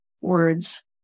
words